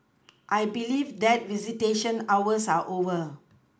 I believe that visitation hours are over